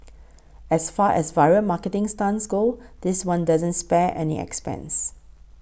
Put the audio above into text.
as far as viral marketing stunts go this one doesn't spare any expense